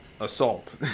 assault